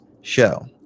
show